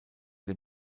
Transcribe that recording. dem